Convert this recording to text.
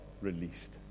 released